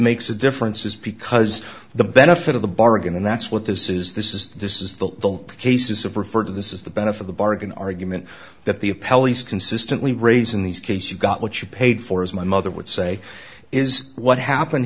makes a difference is because the benefit of the bargain and that's what this is this is this is the cases have referred to this is the benefit of the bargain argument that the pelleas consistently raise in these cases you got what you paid for as my mother would say is what happened